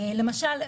למשל,